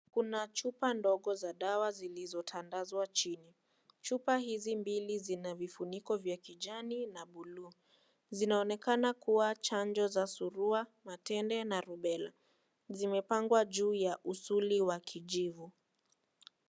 Kuna chupa ndogo za dawa zilizo tandazwa chini. Chupa hizi mbili zina vifuniko vya kijani na buluu. Zinaonekana kuwa chanjo za surua matende na rubela. Zimepangwa juu ya usuli wa kijivu.